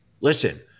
listen